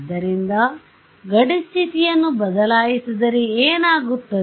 ಆದ್ದರಿಂದ ಗಡಿ ಸ್ಠಿತಿಯನ್ನು ಬದಲಾಯಿಸಿದರೆ ಏನಾಗುತ್ತದೆ